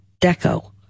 deco